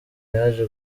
yaje